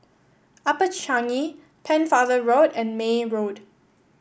Upper Changi Pennefather Road and May Road